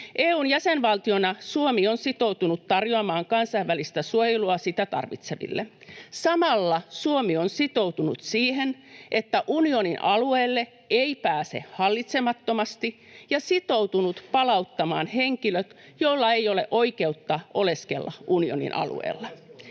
EU:n jäsenvaltiona Suomi on sitoutunut tarjoamaan kansainvälistä suojelua sitä tarvitseville. Samalla Suomi on sitoutunut siihen, että unionin alueelle ei pääse hallitsemattomasti, ja sitoutunut palauttamaan henkilöt, joilla ei ole oikeutta oleskella unionin alueella.